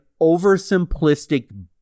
oversimplistic